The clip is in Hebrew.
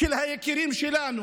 של היקירים שלנו,